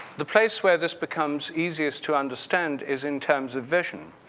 the place where this becomes easiest to understand is in terms of vision,